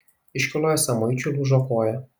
iškyloje samuičiui lūžo koja